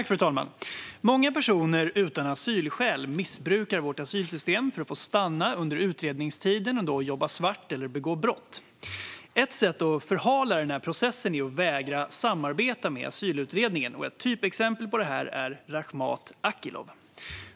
Fru talman! Många personer utan asylskäl missbrukar vårt asylsystem för att få stanna under utredningstiden och då jobba svart eller begå brott. Ett sätt att förhala denna process är att vägra samarbeta med asylutredningen. Ett typexempel på detta är Rakhmat Akilov.